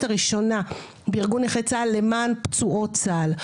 הראשונה בארגון נכי צה"ל למען פצועות צה"ל.